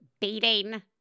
beating